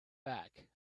back